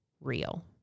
real